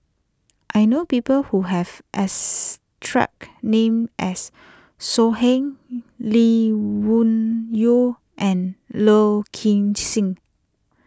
I know people who have as track name as So Heng Lee Wung Yew and Low King Sing